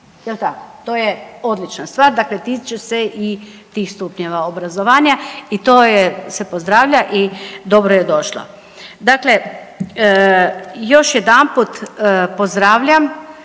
To je odlična stvar, dakle tiče se i tih stupnjeva obrazovanja i to se pozdravlja i dobro je došlo. Dakle, još jedanput pozdravljam